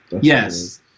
Yes